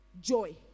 Joy